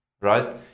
Right